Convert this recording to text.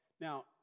Now